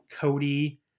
Cody